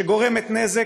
שגורמת נזק,